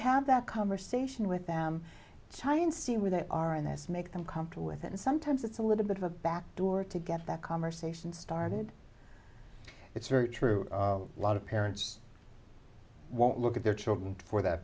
have that conversation with them chinese see where they are in this make them comfortable with it and sometimes it's a little bit of a back door to get that conversation started it's very true lot of parents won't look at their children for that